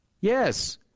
Yes